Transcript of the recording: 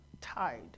tied